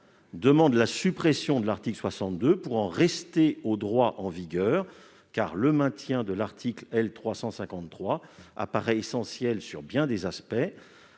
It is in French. tend à la suppression de l'article 62, pour en rester au droit en vigueur. Le maintien de l'article L. 350-3 apparaît essentiel sur bien des aspects.